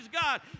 God